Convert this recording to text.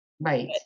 Right